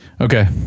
okay